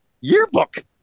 yearbook